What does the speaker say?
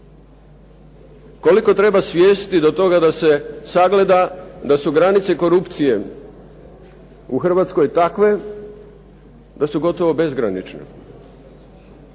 Koliko treba svijesti o tome da se sagleda da su granice korupcije u Hrvatskoj takve, da su gotovo bezgranične?